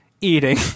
eating